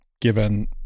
given